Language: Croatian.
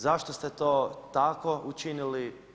Zašto ste to tako učinili?